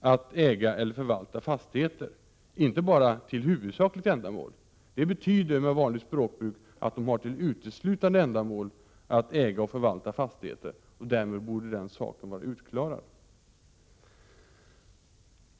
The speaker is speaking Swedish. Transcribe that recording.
att äga och förvalta fastigheter. Det skall alltså inte vara deras huvudsakliga ändamål. Det betyder i vanligt språkbruk att de har som uteslutande ändamål att äga och förvalta fastigheter. Därför borde den saken 115 vara utklarad.